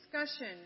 discussion